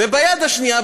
וביד השנייה,